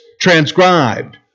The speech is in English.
transcribed